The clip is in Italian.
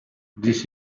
this